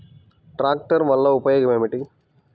ట్రాక్టర్ల వల్ల ఉపయోగం ఏమిటీ?